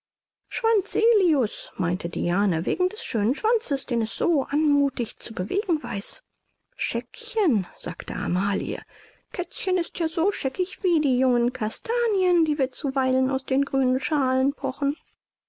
schwanzelius meinte diane wegen des schönen schwanzes den es so anmuthig zu bewegen weiß scheckchen sagte amelie kätzchen ist ja so scheckig wie die jungen kastanien die wir zuweilen aus den grünen schalen pochen